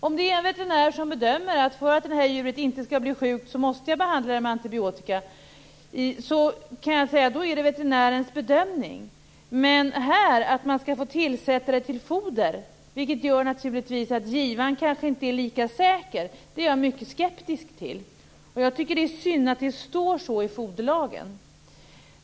Om en veterinär bedömer att ett djur måste behandlas med antibiotika för att det inte skall bli sjukt så är det veterinärens bedömning. Men att man skall få tillsätta det i foder, vilket naturligtvis gör att givaren inte är lika säker, är jag mycket skeptisk till. Jag tycker att det är synd att det står så i foderlagen.